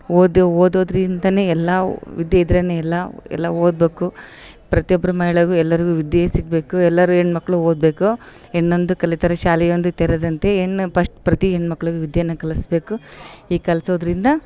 ಓದು ಓದೋದ್ರಿಂದ ಎಲ್ಲ ವಿದ್ಯೆ ಇದ್ರೇ ಎಲ್ಲ ಎಲ್ಲ ಓದ್ಬೋಕು ಪ್ರತಿಯೊಬ್ರು ಮಹಿಳೆಗು ಎಲ್ಲರಿಗು ವಿದ್ಯೆ ಸಿಗಬೇಕು ಎಲ್ಲರು ಹೆಣ್ಮಕ್ಳು ಓದಬೇಕು ಹೆಣ್ಣೊಂದು ಕಲಿತರೆ ಶಾಲೆಯೊಂದು ತೆರೆದಂತೆ ಹೆಣ್ ಪಸ್ಟ್ ಪ್ರತಿ ಹೆಣ್ ಮಕ್ಕಳ್ಗು ವಿದ್ಯೆಯನ್ನು ಕಲಿಸ್ಬೇಕು ಈ ಕಲಿಸೋದ್ರಿಂದ